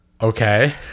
okay